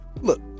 Look